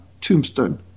tombstone